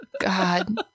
god